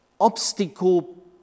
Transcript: obstacle